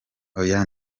oya